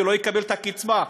ולא יקבל את הקצבה.